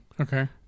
Okay